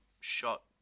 shot